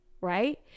Right